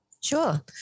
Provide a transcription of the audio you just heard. Sure